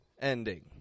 ending